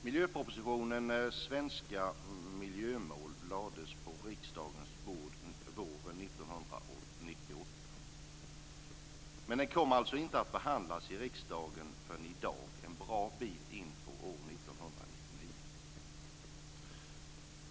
Miljöpropositionen Svenska miljömål lades på riksdagens bord våren 1998. Men den kom inte att behandlas i riksdagen förrän i dag, en bra bit in på år 1999.